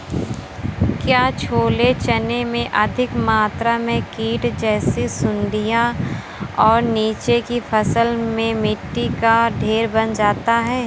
क्या छोले चने में अधिक मात्रा में कीट जैसी सुड़ियां और नीचे की फसल में मिट्टी का ढेर बन जाता है?